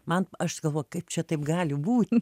man aš galvoju kaip čia taip gali būt